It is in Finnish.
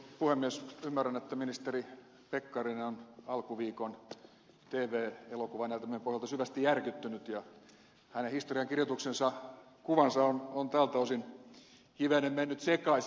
ymmärrän että ministeri pekkarinen on alkuviikon tv elokuvanäytelmän pohjalta syvästi järkyttynyt ja hänen historiankirjoituksen kuvansa on tältä osin hivenen mennyt sekaisin